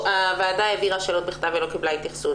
הוועדה העבירה שאלות בכתב ולא קיבלה התייחסות